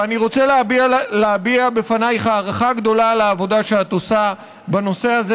ואני רוצה להביע בפניך הערכה גדולה על העבודה שאת עושה בנושא הזה.